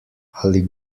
ali